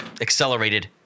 accelerated